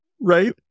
Right